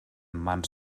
mans